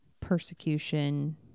persecution